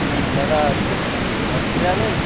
হ্যাঁ দাদা Rocky travels